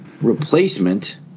replacement